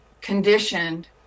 conditioned